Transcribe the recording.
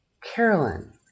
Carolyn